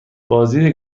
بازدید